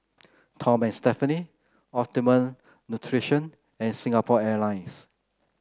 Tom and Stephanie Optimum Nutrition and Singapore Airlines